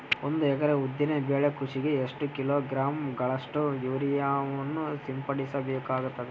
ಒಂದು ಎಕರೆ ಉದ್ದಿನ ಬೆಳೆ ಕೃಷಿಗೆ ಎಷ್ಟು ಕಿಲೋಗ್ರಾಂ ಗಳಷ್ಟು ಯೂರಿಯಾವನ್ನು ಸಿಂಪಡಸ ಬೇಕಾಗತದಾ?